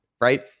right